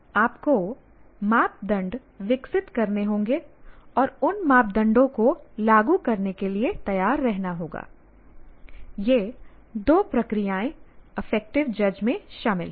आपको मापदंड विकसित करने होंगे और उन मानदंडों को लागू करने के लिए तैयार रहना होगा यह दो प्रक्रियाएं अफेक्टिव जज में शामिल हैं